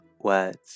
words